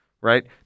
Right